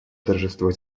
тожество